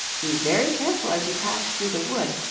be very careful as you pass through the wood,